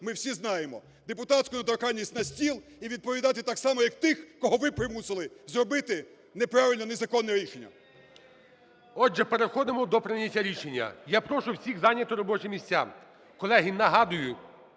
ми всі знаємо. Депутатську недоторканність на стіл і відповідати так само як тих, кого ви примусили зробити неправильне, незаконне рішення. ГОЛОВУЮЧИЙ. Отже, переходимо до прийняття рішення. Я прошу всіх зайняти робочі місця. Колеги, нагадую,